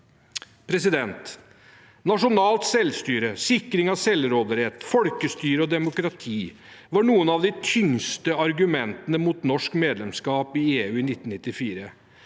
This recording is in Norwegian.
opp i. Nasjonalt selvstyre, sikring av selvråderett, folkestyre og demokrati var noen av de tyngste argumentene mot norsk medlemskap i EU i 1994.